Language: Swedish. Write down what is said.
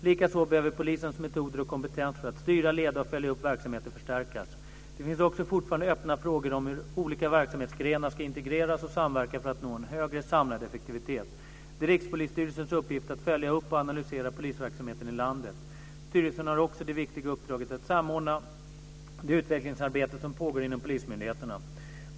Likaså behöver polisens metoder och kompetens för att styra, leda och följa upp verksamheten förstärkas. Det finns också fortfarande öppna frågor om hur olika verksamhetsgrenar ska integreras och samverka för att nå en högre samlad effektivitet. Det är Rikspolisstyrelsens uppgift att följa upp och analysera polisverksamheten i landet. Styrelsen har också det viktiga uppdraget att samordna det utvecklingsarbete som pågår inom polismyndigheterna.